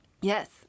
Yes